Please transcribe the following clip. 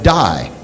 die